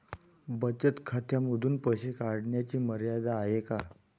बचत खात्यांमधून पैसे काढण्याची मर्यादा आहे का?